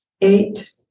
Eight